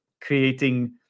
creating